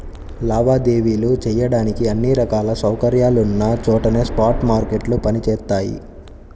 లావాదేవీలు చెయ్యడానికి అన్ని రకాల సౌకర్యాలున్న చోటనే స్పాట్ మార్కెట్లు పనిచేత్తయ్యి